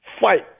fight